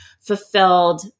fulfilled